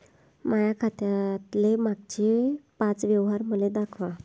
माया खात्यातले मागचे पाच व्यवहार मले दाखवा